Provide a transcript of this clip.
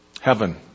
Heaven